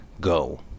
go